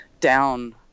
down